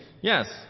Yes